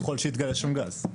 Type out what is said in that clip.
ככל שיתגלה שם גז.